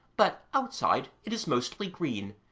but outside it is mostly green,